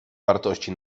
wartości